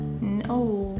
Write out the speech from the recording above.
No